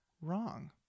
wrong